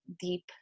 deep